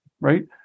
right